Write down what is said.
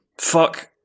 fuck